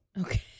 Okay